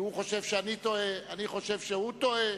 הוא חושב שאני טועה, אני חושב שהוא טועה,